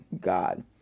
God